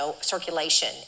circulation